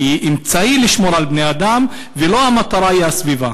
כאמצעי לשמור על בני-אדם, והמטרה היא לא הסביבה.